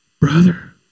Brother